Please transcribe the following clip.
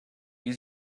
use